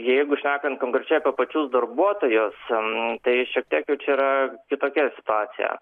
ir jeigu sakant konkrečiai apie pačius darbuotojus tai šiek tiek jau čia yra kitokia situacija